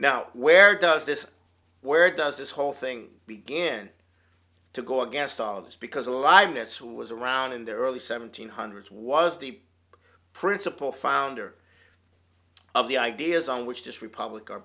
now where does this where does this whole thing began to go against all of this because a lot of myths who was around in the early seventy's hundreds was deep principle founder of the ideas on which this republic are